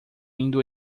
indo